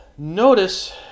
Notice